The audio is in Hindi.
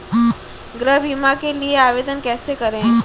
गृह बीमा के लिए आवेदन कैसे करें?